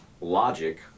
logic